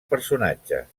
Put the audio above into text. personatges